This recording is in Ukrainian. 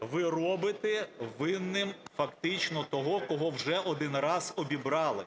Ви робите винним фактично того, кого вже один раз обібрали.